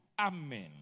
Amen